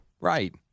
Right